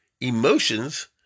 emotions